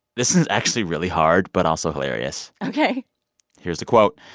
this is actually really hard but also hilarious ok here's the quote.